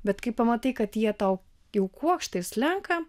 bet kai pamatai kad jie tau jau kuokštais slenka